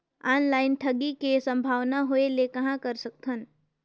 Online ठगी के संभावना होय ले कहां कर सकथन?